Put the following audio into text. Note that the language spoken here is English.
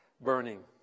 burning